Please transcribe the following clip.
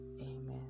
Amen